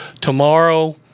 tomorrow